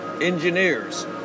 engineers